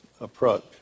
approach